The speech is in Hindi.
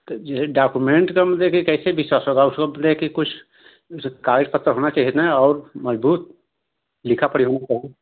तो जे है डाकूमेंट कम ले गये कैसे विश्वास होगा उसको ले कर के कुछ कागज पत्र होना चाहिये ना और मजबूत लिखा पढ़ी हम को चाहिए